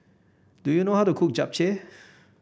do you know how to cook Japchae